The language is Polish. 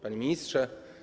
Panie Ministrze!